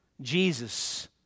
Jesus